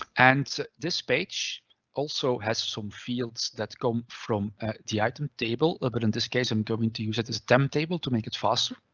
and this page also has some fields that come from the item table or but in this case, i'm going to use that as damped table to make it fast. i'm